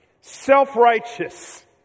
self-righteous